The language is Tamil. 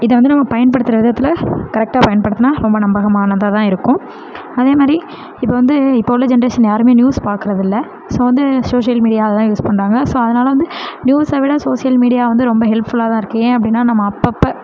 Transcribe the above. இதை வந்து நம்ம பயன்படுத்துகிற விதத்தில் கரெக்டாக பயன்படுத்தினா ரொம்ப நம்பகமானதாகதான் இருக்கும் அதே மாதிரி இப்போ வந்து இப்போ உள்ள ஜென்ரேஷன் யாருமே நியூஸ் பார்க்குறதில்ல ஸோ வந்து சோசியல் மீடியாவில்தான் யூஸ் பண்ணுறாங்க ஸோ அதனால வந்து நியூஸை விட சோசியல் மீடியா வந்து ரொம்ப ஹெல்ப்ஃபுல்லாகதான் இருக்குது ஏன் அப்படினா நம்ம அப்பப்போ